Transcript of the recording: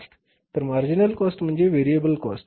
तर marginal cost म्हणजेच variable cost